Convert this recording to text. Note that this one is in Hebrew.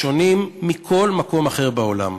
שונים מכל מקום אחר בעולם.